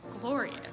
glorious